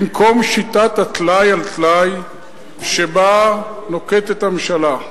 במקום שיטת הטלאי-על-טלאי שנוקטת הממשלה".